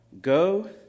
Go